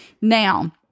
Now